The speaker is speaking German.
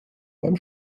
beim